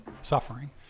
suffering